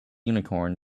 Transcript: unicorn